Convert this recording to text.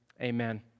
Amen